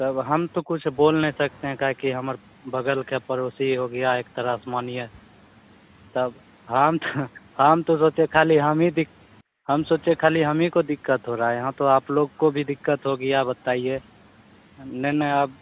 तब हम तो कुछ बोल नहीं सकते हैं काहे कि हमार बगल के पड़ोसी हो गया एक तरह से मानिए तब हम हम तो सोचे खाली हम ही दिक हम सोचे खालो हम ही को दिक्कत हो रही है यहाँ तो आप लोग को भी दिक्कत हो गई बताइए नहीं नहीं अब